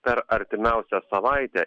per artimiausią savaitę